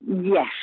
Yes